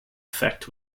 effect